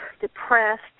depressed